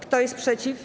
Kto jest przeciw?